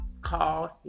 called